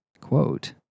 quote